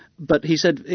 but he said,